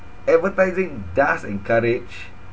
advertising does encourage